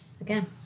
again